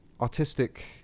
artistic